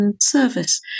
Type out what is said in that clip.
service